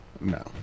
no